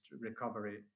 recovery